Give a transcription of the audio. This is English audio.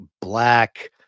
black